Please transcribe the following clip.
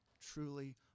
truly